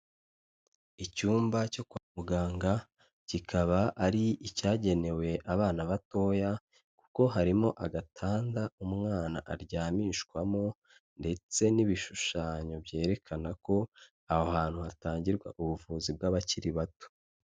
Icyumba cyo kwa muganga kikaba ari icyagenewe abana batoya, kuko harimo agatanda umwana aryamishwamo, ndetse n'ibishushanyo byerekana ko aho hantu hatangirwa ubuvuzi bw'abakiri bato.